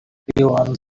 everyone